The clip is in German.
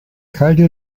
kalte